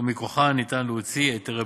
ומכוחן ניתן להוציא היתרי בנייה.